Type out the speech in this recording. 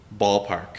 ballpark